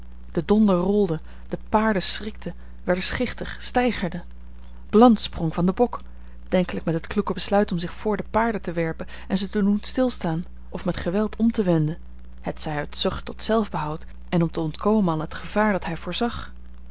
de donder rolde de paarden schrikten werden schichtig steigerden blount sprong van den bok denkelijk met het kloeke besluit om zich voor de paarden te werpen en ze te doen stilstaan of met geweld om te wenden hetzij uit zucht tot zelfbehoud en om te ontkomen aan het gevaar dat hij voorzag